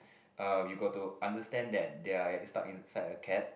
uh you got to understand that they are stuck inside a cab